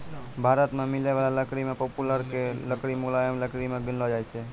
भारत मॅ मिलै वाला लकड़ी मॅ पॉपुलर के लकड़ी मुलायम लकड़ी मॅ गिनलो जाय छै